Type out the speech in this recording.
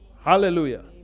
Hallelujah